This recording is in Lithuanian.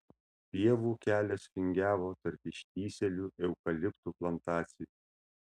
pievų kelias vingiavo tarp ištįsėlių eukaliptų plantacijų